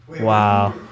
Wow